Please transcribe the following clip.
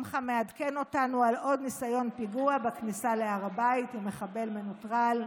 שמחה מעדכן אותנו על עוד ניסיון פיגוע בכניסה להר הבית עם מחבל מנוטרל,